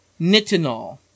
nitinol